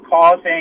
causing